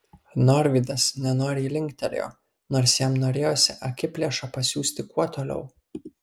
norvydas nenoriai linktelėjo nors jam norėjosi akiplėšą pasiųsti kuo toliau